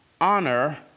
Honor